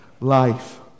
life